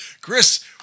Chris